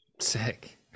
Sick